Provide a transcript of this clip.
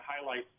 highlights